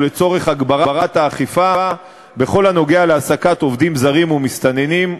ולצורך הגברת האכיפה בכל הקשור להעסקת עובדים זרים ומסתננים,